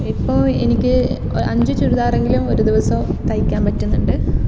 ഇപ്പോൾ എനിക്ക് അഞ്ച് ചുരിദാറെങ്കിലും ഒരു ദിവസം തയ്ക്കാൻ പറ്റുന്നുണ്ട്